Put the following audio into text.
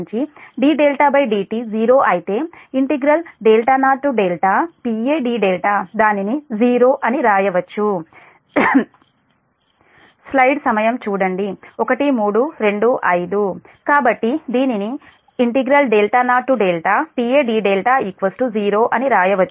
dδdt '0' అయితే 0Pa dδ దానిని '0' అని వ్రాయవచ్చు కాబట్టి దీనిని 0Pa dδ0 అని వ్రాయవచ్చు